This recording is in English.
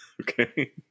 okay